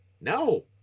No